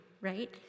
right